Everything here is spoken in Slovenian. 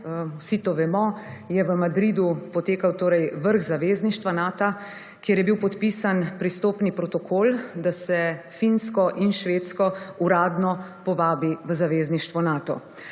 vsi to vemo je v Madridu potekel torej vrh Zavezništva Nata, kjer je bil podpisan pristopni protokol, da se Finsko in Švedsko uradno povabi v Zavezništvo Nato.